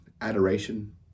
adoration